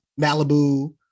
Malibu